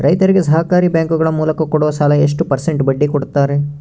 ರೈತರಿಗೆ ಸಹಕಾರಿ ಬ್ಯಾಂಕುಗಳ ಮೂಲಕ ಕೊಡುವ ಸಾಲ ಎಷ್ಟು ಪರ್ಸೆಂಟ್ ಬಡ್ಡಿ ಕೊಡುತ್ತಾರೆ?